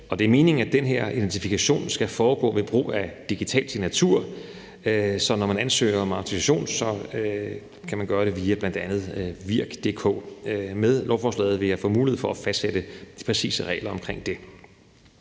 det er meningen, at den her identifikation skal foregå ved brug af digital signatur, så når man ansøger om autorisation, kan man bl.a. gøre det via virk.dk. Med lovforslaget vil jeg få mulighed for at fastsætte præcise regler omkring det.